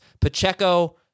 Pacheco